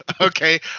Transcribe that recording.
Okay